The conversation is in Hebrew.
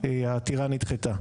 העתירה נדחתה.